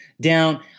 down